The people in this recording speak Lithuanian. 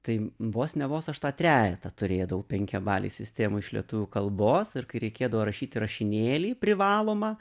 tai vos ne vos aš tą trejetą turėdavau penkiabalėj sistemoj iš lietuvių kalbos ir kai reikėdavo rašyti rašinėlį privalomą